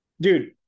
Dude